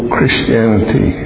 Christianity